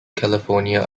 california